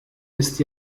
ist